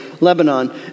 Lebanon